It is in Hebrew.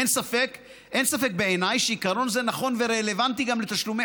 אין ספק בעיניי שעיקרון זה נכון ורלוונטי גם לתשלומי